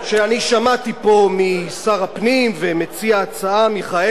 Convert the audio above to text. שמעתי פה משר הפנים וממציע ההצעה מיכאלי.